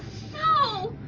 so